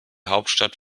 hauptstadt